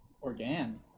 Organ